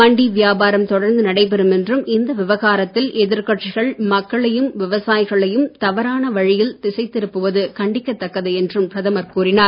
மண்டி வியாபாரம் தொடர்ந்து நடைபெறும் என்றும் இந்த விவகாரத்தில் எதிர்க் கட்சிகள் மக்களையும் விவசாயிகளையும் தவறான வழியில் திசை திருப்புவது கண்டிக்கத்தக்கது என்றும் பிரதமர் கூறினார்